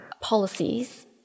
policies